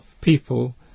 people